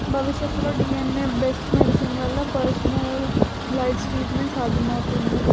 భవిష్యతులో DNA based medicine వల్ల personal lives treatment సాధ్యమవుతుంది